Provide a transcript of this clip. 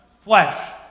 flesh